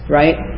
right